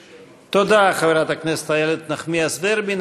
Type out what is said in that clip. תודה, חברת הכנסת איילת נחמיאס ורבין.